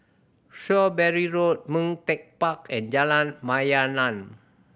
Shrewsbury Road Ming Teck Park and Jalan Mayaanam